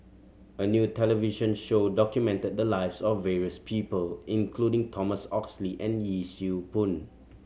a new television show documented the lives of various people including Thomas Oxley and Yee Siew Pun